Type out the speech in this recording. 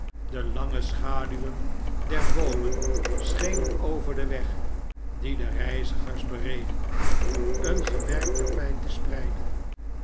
de lange schaduwen der boomen schenen over den weg dien de reizigers bereden een gewerkt tapijt te spreiden